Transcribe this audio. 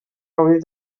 gaudir